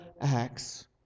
acts